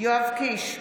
יואב קיש,